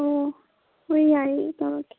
ꯑꯣ ꯍꯣꯏ ꯌꯥꯏꯌꯦ ꯇꯥꯛꯂꯛꯀꯦ